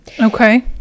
Okay